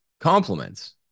compliments